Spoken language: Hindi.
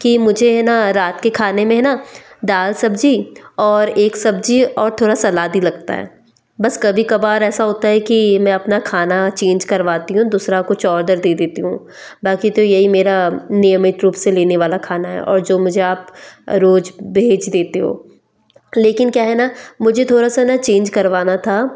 कि मुझे है न रात के खाने में है न दाल सब्जी और एक सब्जी और थोड़ा सलाद ही लगता है बस कभी कभार ऐसा होता है कि मैं अपना खाना चेंज करवाती हूँ दूसरा कुछ ऑर्डर दे देती हूँ बाकी तो यही मेरा नियमित रूप से लेने वाला खाना है और जो मुझे आप रोज भेज देते हो लेकिन क्या है न मुझे थोड़ा सा न चेंज करवाना था